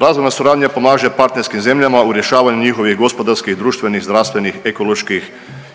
Razvojna suradnja pomaže partnerskim zemljama u rješavanju njihovih gospodarskih i društvenih, zdravstvenih, ekoloških